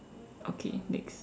okay next